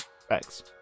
Thanks